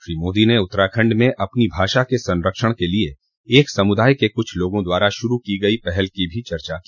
श्री मोदी ने उत्तराखण्ड में अपनी भाषा के संरक्षण के लिए एक समुदाय के कुछ लोगों द्वारा शुरू की गई पहल की चर्चा भी की